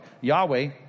Yahweh